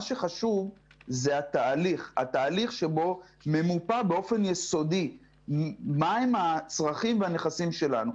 מה שחשוב זה התהליך שבו ממופים באופן יסודי מהם הצרכים והנכסים שלנו,